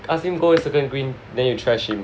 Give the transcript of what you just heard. ask him go circle green then you trash him